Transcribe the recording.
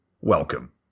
welcome